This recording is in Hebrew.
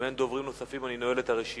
אם אין דוברים נוספים אני נועל את הרשימה.